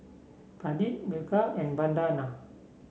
Pradip Milkha and Vandana